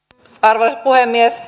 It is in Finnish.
arvoisa puhemies